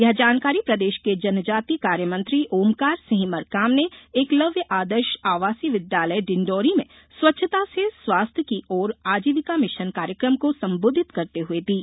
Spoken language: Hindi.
यह जानकारी प्रदेष के जनजातीय कार्य मंत्री ओमकार सिंह मरकाम ने एकलव्य आदर्ष आवासीय विद्यालय डिंडौरी में स्वच्छता से स्वाथ्य की ओर आजीविका मिषन कार्यक्रम को संबोधित करते हुए दी